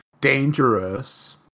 dangerous